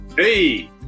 Hey